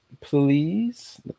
please